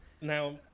now